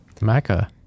Mecca